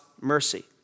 mercy